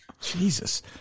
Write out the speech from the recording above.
Jesus